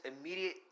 immediate